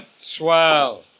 Swell